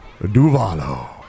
Duvalo